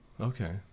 Okay